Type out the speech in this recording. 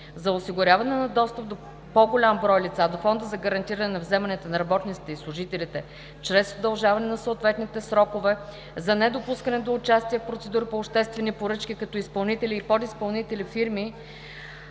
за осигуряване на достъп на по-голям брой лица до Фонда за гарантиране вземанията на работниците и служителите чрез удължаване на съответните срокове; за недопускане до участие в процедури по обществени поръчки като изпълнители и подизпълнители фирми,